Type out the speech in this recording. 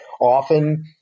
often